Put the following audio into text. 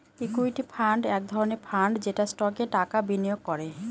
equity fund এক ধরনের fund যেটা স্টকে টাকা বিনিয়োগ করে